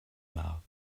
mouth